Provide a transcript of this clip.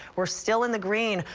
we're still in the green.